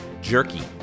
Jerky